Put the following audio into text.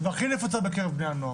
והכי נפוצה בקרב בני הנוער.